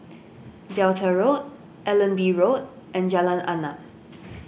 Delta Road Allenby Road and Jalan Arnap